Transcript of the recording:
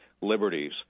liberties